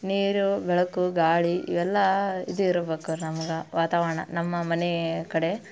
ನೀರು ಬೆಳಕು ಗಾಳಿ ಇವೆಲ್ಲ ಇದು ಇರ್ಬೇಕು ನಮ್ಗೆ ವಾತಾವರಣ ನಮ್ಮ ಮನೆ ಕಡೆ